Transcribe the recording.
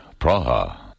Praha